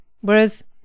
Whereas